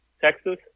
Texas